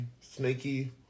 Snaky